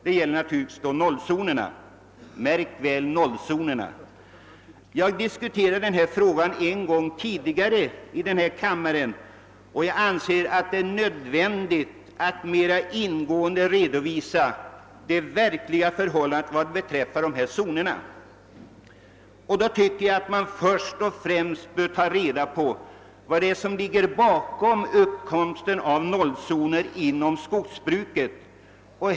Jag har en gång tidigare diskuterat denna fråga här i kammaren, men jag anser ändå att det är nödvändigt att mera ingående redovisa det verkliga förhållandet när det gäller dessa zoner. Först och främst bör man ta reda på vad det är som ligger bakom uppkomsten av nollzoner inom skogsbruket.